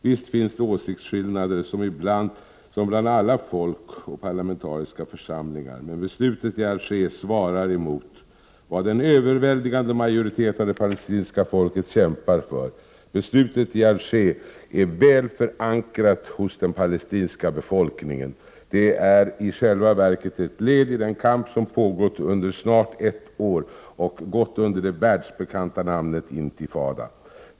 Visst finns det åsiktsskillnader som bland alla folk och parlamentariska församlingar, men beslutet i Alger svarar emot vad en överväldigande majoritet av det palestinska folket kämpar för. Beslutet i Alger är väl förankrat hos den palestinska befolkningen. Det är i själva verket ett led i den kamp som pågått under snart ett år och gått under det nu världsbekanta namnet Intifada.